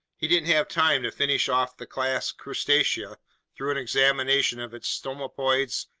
he didn't have time to finish off the class crustacea through an examination of its stomatopods,